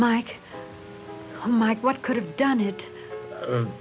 mike mike what could have done it